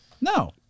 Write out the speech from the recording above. No